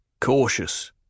Cautious